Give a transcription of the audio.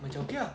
macam okay ah